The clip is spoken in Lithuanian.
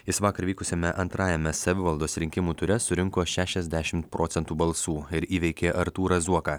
jis vakar vykusiame antrajame savivaldos rinkimų ture surinko šešiasdešimt procentų balsų ir įveikė artūrą zuoką